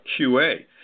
QA